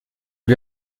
lui